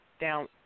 down